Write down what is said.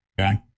okay